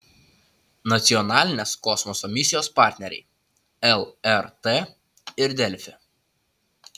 nacionalinės kosmoso misijos partneriai lrt ir delfi